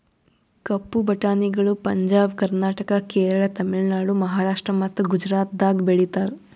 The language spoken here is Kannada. ಕಪ್ಪು ಬಟಾಣಿಗಳು ಪಂಜಾಬ್, ಕರ್ನಾಟಕ, ಕೇರಳ, ತಮಿಳುನಾಡು, ಮಹಾರಾಷ್ಟ್ರ ಮತ್ತ ಗುಜರಾತದಾಗ್ ಬೆಳೀತಾರ